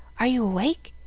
are you awake?